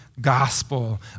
gospel